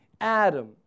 Adam